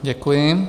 Děkuji.